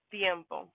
tiempo